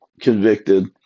convicted